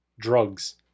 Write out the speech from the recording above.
drugs